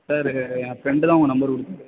sir என் friend தான் உங்க நம்பர் கொடுத்தது